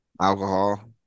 Alcohol